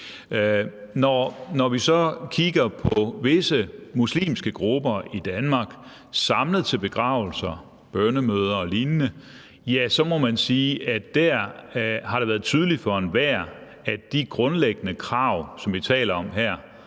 Når vi så kigger på visse muslimske grupper i Danmark samlet til begravelser, bønnemøder og lignende, må man sige, at der har det været tydeligt for enhver, at de grundlæggende krav, som vi taler om her